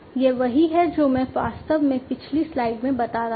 यह वही है जो मैं वास्तव में पिछली स्लाइड में बता रहा था